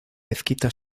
mezquita